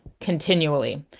continually